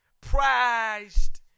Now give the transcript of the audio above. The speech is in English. prized